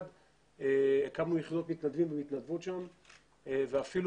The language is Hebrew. הקמנו יחידות מתנדבים ומתנדבות שם ואפילו